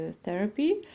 therapy